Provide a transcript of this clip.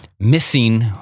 missing